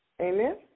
Amen